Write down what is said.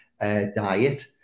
diet